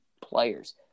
players